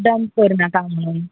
बंद करनाका म्हणून